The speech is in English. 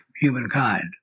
humankind